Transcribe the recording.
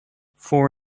four